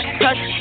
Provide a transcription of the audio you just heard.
touch